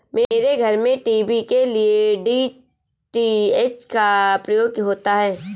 मेरे घर में टीवी के लिए डी.टी.एच का प्रयोग होता है